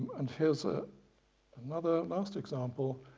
and here's ah another last example.